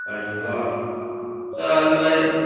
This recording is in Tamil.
ஆச்சுங்களா ஸோ அந்த மாதிரி